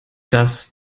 das